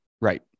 Right